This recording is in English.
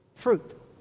Fruit